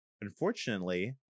unfortunately